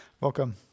Welcome